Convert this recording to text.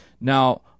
Now